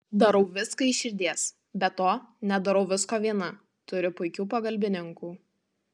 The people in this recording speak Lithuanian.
darau viską iš širdies be to nedarau visko viena turiu puikių pagalbininkų